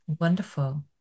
wonderful